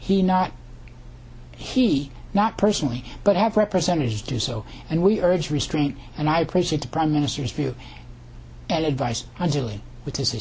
he not he not personally but have representatives do so and we urge restraint and i appreciate the prime minister's view and advice on dealing with this